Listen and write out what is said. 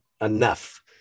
enough